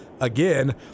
again